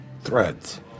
threads